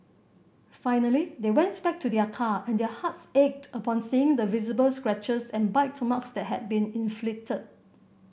finally they went back to their car and their hearts ached upon seeing the visible scratches and bite marks that had been inflicted